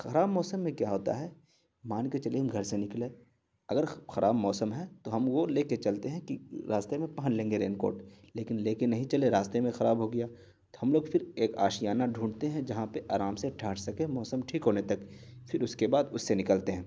خراب موسم میں کیا ہوتا ہے مان کے چلیے ہم گھر سے نکلے اگر خراب موسم ہے تو ہم وہ لے کے چلتے ہیں کہ راستے میں پہن لیں گے رین کوٹ لیکن لے کے نہیں چلے راستے میں خراب ہو گیا تو ہم لوگ پھر ایک آشیانہ ڈھونڈتے ہیں جہاں پہ آرام سے ٹھہر سکیں موسم ٹھیک ہونے تک پھر اس کے بعد اس سے نکلتے ہیں